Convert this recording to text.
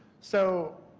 so,